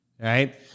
right